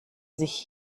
sich